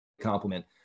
compliment